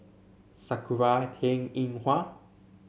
Sakura Teng Ying Hua